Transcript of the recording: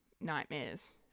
nightmares